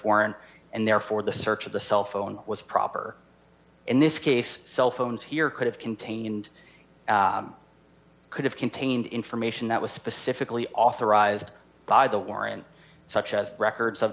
warrant and therefore the search of the cell phone was proper in this case cell phones here could have contained could have contained information that was specifically authorized by the warrant such as records of